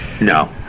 No